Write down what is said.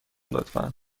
لطفا